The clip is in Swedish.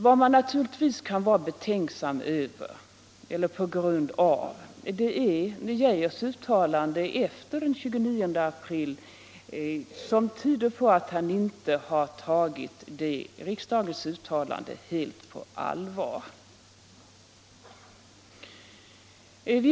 Och vad som kan göra aut man blir betänksam i det fallet är herr Geijers uttalande efter den 29 april, som tyder på att han inte har tagit riksdagens uttalande riktigt på allvar.